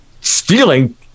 stealing